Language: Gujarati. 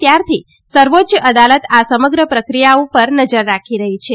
ત્યારથી સર્વોચ્ય અદાલત આ સમગ્ર પ્રક્રિયા ઉપર નજર રાખી રહી છે